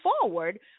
forward